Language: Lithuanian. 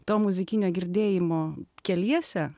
to muzikinio girdėjimo keliese